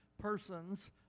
persons